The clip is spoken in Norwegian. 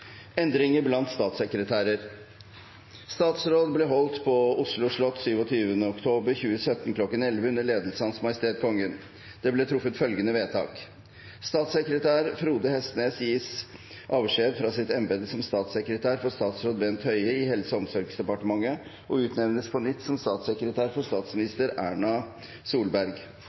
blant statssekretærer Statsråd ble holdt på Oslo slott 27. oktober 2017 kl. 1100 under ledelse av Hans Majestet Kongen. Det ble truffet følgende vedtak: Statssekretær Frode Hestnes gis avskjed fra sitt embete som statssekretær for statsråd Bent Høie i Helse- og omsorgsdepartementet og utnevnes på ny som statssekretær for statsminister Erna Solberg.